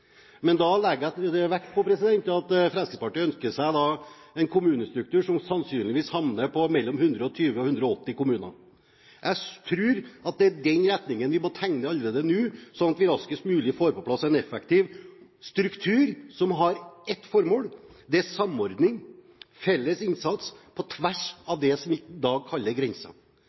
mellom 120 og 180 kommuner. Jeg tror at det er den retningen vi må tegne allerede nå, slik at vi raskest mulig får på plass en effektiv struktur som har ett formål: samordning og felles innsats på tvers av det som vi i dag kaller